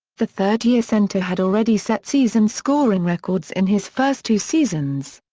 the third-year center had already set season scoring records in his first two seasons.